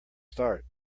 start